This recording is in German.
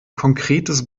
konkretes